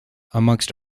amongst